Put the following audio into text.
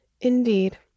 indeed